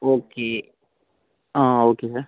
okay ആ okay sir